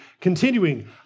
continuing